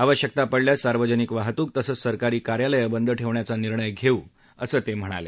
आवश्यकता पडल्यास सार्वजनिक वाहतूक तसेच सरकारी कार्यालये बंद ठेवण्याचा निर्णय घेऊ असे ते म्हणाले